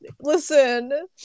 listen